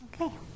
Okay